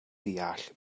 deall